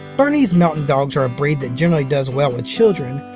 bernese mountain dogs are a breed that generally does well with children,